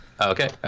Okay